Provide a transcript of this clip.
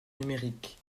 numérique